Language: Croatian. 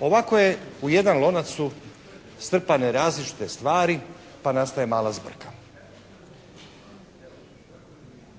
Ovako je u jedan lonac su strpane različite stvari pa nastaje mala zbrka.